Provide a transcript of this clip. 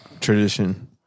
tradition